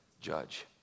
judge